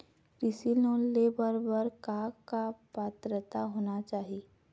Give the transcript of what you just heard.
कृषि लोन ले बर बर का का पात्रता होना चाही?